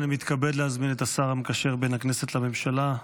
אני מתכבד להזמין את השר המקשר בין הכנסת לממשלה,